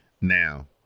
Now